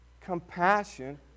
compassion